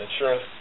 insurance